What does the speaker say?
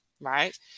Right